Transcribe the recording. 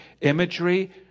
Imagery